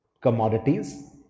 commodities